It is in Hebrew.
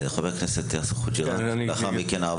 חבר הכנסת יאסר חוג'יראת, בבקשה.